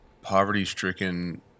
poverty-stricken